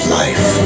life